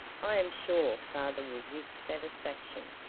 i am sure father will give satisfaction,